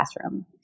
classroom